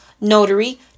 Notary